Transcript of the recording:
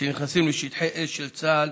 שנכנסים לשטחי אש של צה"ל